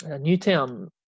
Newtown